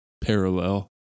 parallel